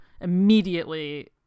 immediately